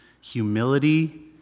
humility